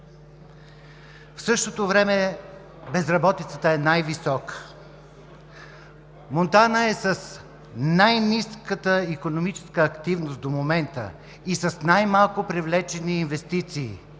в същото време безработицата е най-висока. Монтана е с най-ниската икономическа активност до момента и с най-малко привлечени чуждестранни